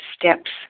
steps